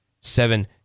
seven